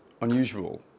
unusual